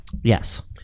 Yes